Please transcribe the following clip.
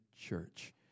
church